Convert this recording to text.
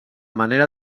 manera